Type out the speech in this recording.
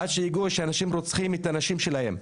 עד שהגיעו לידי כך שאנשים רוצחים את הנשים שלהם.